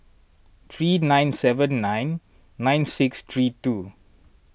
three nine seven nine nine six three two